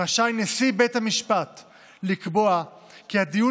רשאי נשיא בית המשפט לקבוע כי הדיון